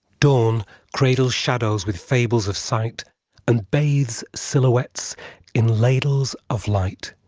dawn cradles shadows with fables of sightand and bathes silhouettes in ladles of light.